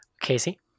Casey